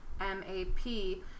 M-A-P